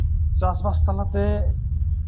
ᱪᱟᱥᱵᱟᱥ ᱛᱟᱞᱟᱛᱮ